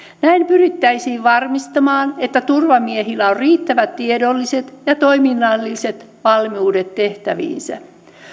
näin pyrittäisiin varmistamaan että turvamiehillä on riittävät tiedolliset ja toiminnalliset valmiudet tehtäviinsä